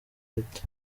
leta